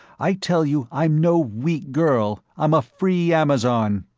i tell you, i'm no weak girl, i'm a free amazon!